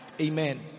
Amen